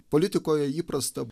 politikoje įprasta